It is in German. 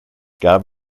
gab